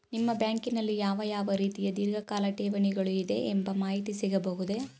ನಿಮ್ಮ ಬ್ಯಾಂಕಿನಲ್ಲಿ ಯಾವ ಯಾವ ರೀತಿಯ ಧೀರ್ಘಕಾಲ ಠೇವಣಿಗಳು ಇದೆ ಎಂಬ ಮಾಹಿತಿ ಸಿಗಬಹುದೇ?